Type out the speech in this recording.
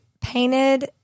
painted